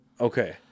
Okay